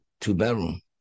two-bedroom